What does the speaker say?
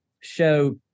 show